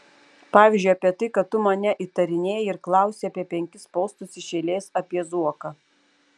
pavyzdžiui apie tai kad tu mane įtarinėji ir klausi apie penkis postus iš eilės apie zuoką